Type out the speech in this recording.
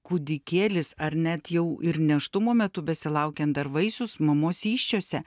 kūdikėlis ar net jau ir nėštumo metu besilaukiant dar vaisius mamos įsčiose